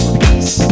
peace